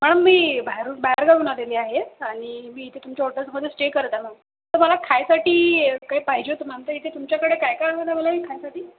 ma'am मी बाहेरहून बाहेरगावहून आलेली आहे आणि मी इथे तुमच्या हॉटेलमध्ये स्टे करत आहे मॅम तर मला खायसाठी काही पाहिजे होतं मॅम तर इथे तुमच्याकडे काय काय अवेलेबल आहे खायसाठी